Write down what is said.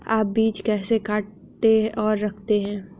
आप बीज कैसे काटते और रखते हैं?